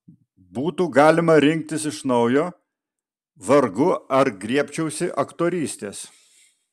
būtų galima rinktis iš naujo vargu ar griebčiausi aktorystės